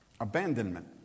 abandonment